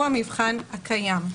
הוא המבחן הקיים.